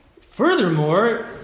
Furthermore